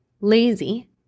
lazy